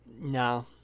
no